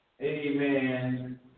Amen